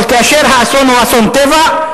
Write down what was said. אבל כאשר האסון הוא אסון טבע,